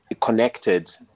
connected